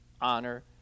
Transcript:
honor